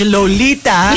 Lolita